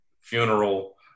funeral